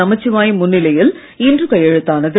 நமச்சிவாயம் முன்னிலையில் இன்று கையெழுத்தானது